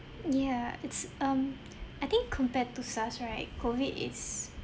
yeah it's um I think compared to SARS right COVID is